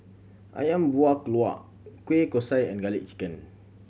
Ayam Buah Keluak Kueh Kosui and Garlic Chicken